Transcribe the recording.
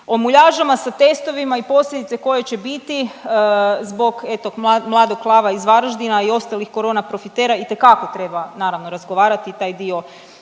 O muljažama sa testovima i posljedice koje će biti zbog eto, mladog lava iz Varaždina i ostalih corona profitera itekako treba naravno razgovarati i taj dio,